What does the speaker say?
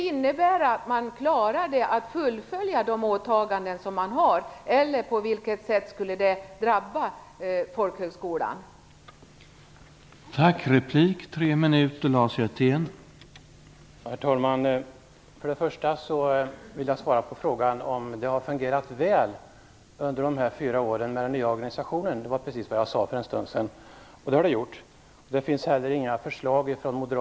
Skulle man klara att fullfölja de åtaganden man har eller skulle det komma att drabba folkhögskolan på något sätt?